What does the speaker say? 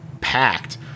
packed